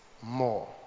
more